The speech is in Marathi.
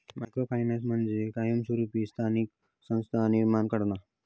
मायक्रो फायनान्स म्हणजे कायमस्वरूपी स्थानिक संस्था निर्माण करणा